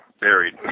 buried